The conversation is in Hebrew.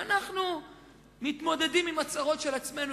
ואנחנו מתמודדים עם הצרות של עצמנו,